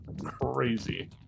Crazy